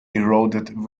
eroded